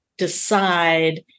Decide